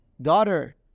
Daughter